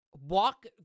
Walk